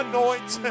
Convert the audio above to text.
Anoint